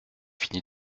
fini